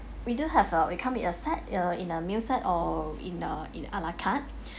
we do have a it come in a set uh in a meal set or in a in ala carte